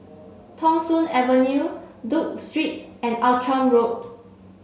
Thong Soon Avenue Duke Street and Outram Road